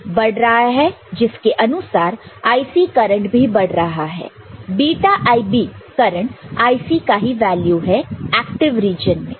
तो IB current बढ़ रहा है जिसके अनुसार IC करंट भी बढ़ रहा है βIB करंट IC का ही वैल्यू है एक्टिव रीजन में